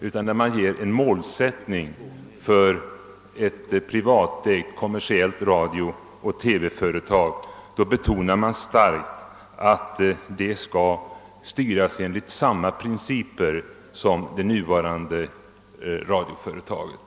Det betonas starkt att ett privatägt kommersiellt radiooch TV-företag skall styras enligt samma principer som gäller för det nuvarande radioföretaget.